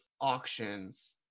auctions